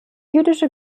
jüdische